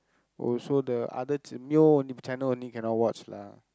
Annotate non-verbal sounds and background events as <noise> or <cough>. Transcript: also the other <noise> Mio only channel only cannot watch lah